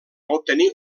obtenir